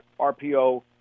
RPO